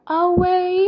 away